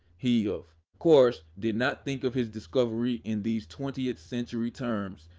he, of course, did not think of his discovery in these twentieth century terms,